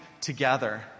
together